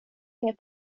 inget